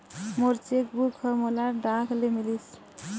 मोर cheque book ह मोला डाक ले मिलिस